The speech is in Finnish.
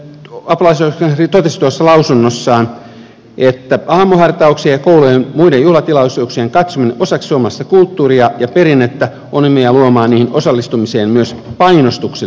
apulaisoikeuskansleri totesi tuossa lausunnossaan että aamuhartauksien ja koulujen muiden juhlatilaisuuksien katsominen osaksi suomalaista kulttuuria ja perinnettä on omiaan luomaan niihin osallistumiseen myös painostuksellisen elementin